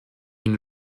une